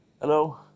Hello